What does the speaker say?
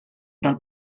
del